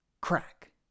Crack